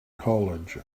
college